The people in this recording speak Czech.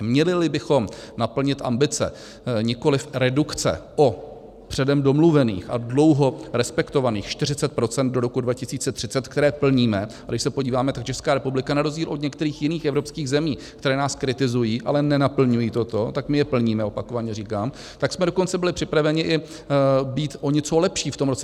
Mělili bychom naplnit ambice, nikoliv redukce, po předem domluvených a dlouho respektovaných 40 % do roku 2030, které plníme, a když se podíváme, tak Česká republika na rozdíl od některých jiných evropských zemí, které nás kritizují, ale toto nenaplňují, tak my je plníme, opakovaně říkám, tak jsme dokonce byli připraveni i být o něco lepší v tom roce 2030.